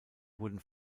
wurden